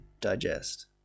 digest